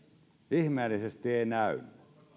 ihmeellisesti ei näy